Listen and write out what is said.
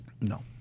No